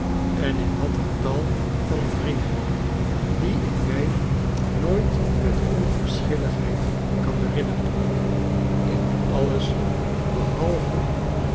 en ik had er tal van vrienden die ik mij nooit met onverschilligheid kan herinneren in alles behalve